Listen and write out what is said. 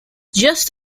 just